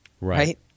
Right